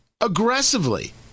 aggressively